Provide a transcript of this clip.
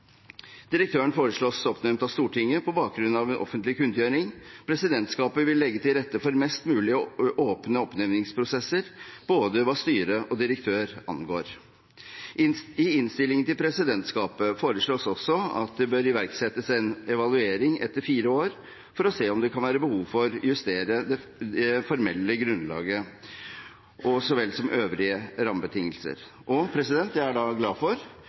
Direktøren foreslås oppnevnt av Stortinget på bakgrunn av offentlig kunngjøring. Presidentskapet vil legge til rette for mest mulig åpne oppnevningsprosesser både hva styre og direktør angår. I innstillingen fra presidentskapet foreslås også at det iverksettes en evaluering etter fire år for å se om det kan være behov for å justere det formelle grunnlaget så vel som øvrige rammebetingelser. Jeg er glad for